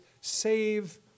Save